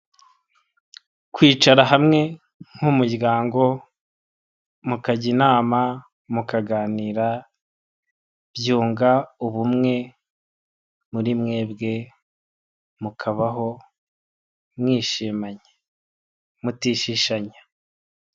Kwicara hamwe nk'umuryango mukajya inama, mukaganira byunga ubumwe muri mwebwe mukabaho mwishimanye mutishishanya.